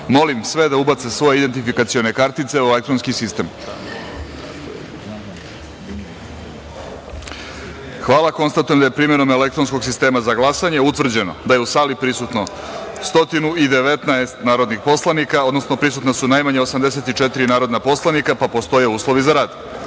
poslanike da ubace svoje identifikacione kartice u poslaničke jedinice elektronskog sistema. Zahvaljujem. Konstatujem da je, primenom elektronskog sistema za glasanje, utvrđeno da je u sali prisutno 119 narodnih poslanika, odnosno prisutna su najmanje 84 narodna poslanika, pa postoje uslovi za rad